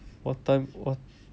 what time what